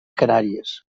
canàries